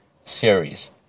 series